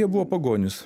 jie buvo pagonys